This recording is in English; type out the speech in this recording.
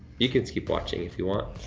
you can keep watching if you want.